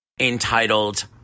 entitled